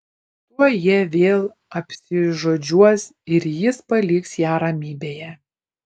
tuoj jie vėl apsižodžiuos ir jis paliks ją ramybėje